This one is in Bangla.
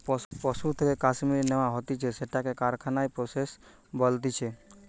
পশুর থেকে কাশ্মীর ন্যাওয়া হতিছে সেটাকে কারখানায় প্রসেস বলতিছে